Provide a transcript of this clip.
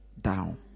down